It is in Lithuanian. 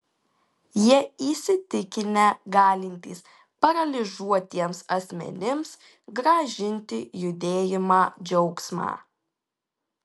jie įsitikinę galintys paralyžiuotiems asmenims grąžinti judėjimą džiaugsmą